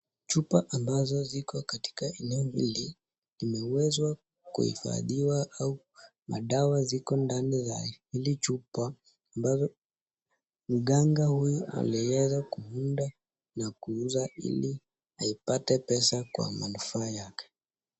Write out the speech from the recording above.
chupa ambazo ziko katika eneo hili imewezwa kuifadhiwa au madawa ziko ndani ya hili chupa ambazo mganga huyu ameweza kuunda na kuuza ili apate pesa kwa manu faa yake.